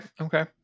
Okay